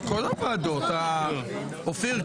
אופיר,